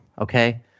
okay